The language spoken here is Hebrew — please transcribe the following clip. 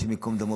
השם ייקום דמו,